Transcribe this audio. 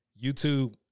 YouTube